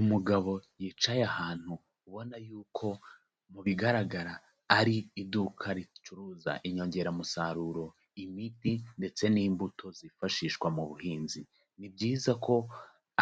Umugabo yicaye ahantu ubona yuko mu bigaragara ari iduka ricuruza inyongeramusaruro, imiti ndetse n'imbuto zifashishwa mu buhinzi, ni byiza ko